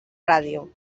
ràdio